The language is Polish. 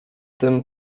tym